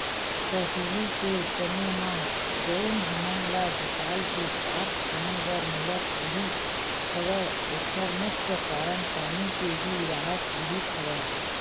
पहिली के समे म जउन हमन ल दुकाल के बात सुने बर मिलत रिहिस हवय ओखर मुख्य कारन पानी के ही राहत रिहिस हवय